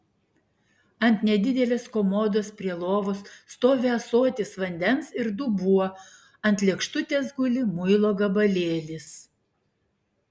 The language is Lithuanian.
ant nedidelės komodos prie lovos stovi ąsotis vandens ir dubuo ant lėkštutės guli muilo gabalėlis